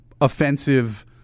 offensive